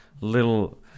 little